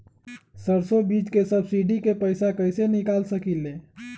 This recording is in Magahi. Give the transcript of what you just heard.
सरसों बीज के सब्सिडी के पैसा कईसे निकाल सकीले?